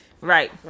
Right